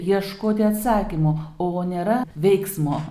ieškoti atsakymų o nėra veiksmo